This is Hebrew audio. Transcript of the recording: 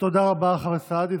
רבה לחבר הכנסת סעדי.